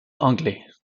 anglais